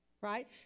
right